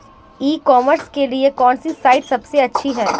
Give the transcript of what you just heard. ई commerce के लिए कौनसी साइट सबसे अच्छी है?